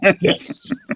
yes